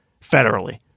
federally